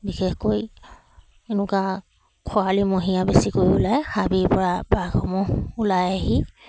বিশেষকৈ এনেকুৱা খৰালিমহীয়া বেছিকৈ ওলাই হাবিৰ পৰা বাঘসমূহ ওলাই আহি